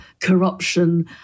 corruption